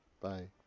Bye